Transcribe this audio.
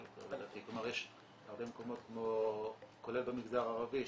יש הרבה מקומות, כולל במגזר הערבי,